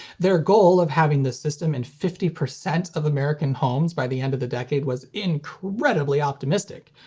their goal of having the system in fifty percent of american homes by the end of the decade was incredibly optimistic,